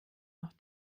noch